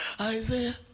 Isaiah